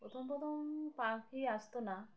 প্রথম প্রথম পাখি আসতো না